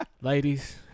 Ladies